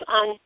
on